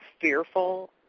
fearful